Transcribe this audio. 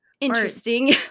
interesting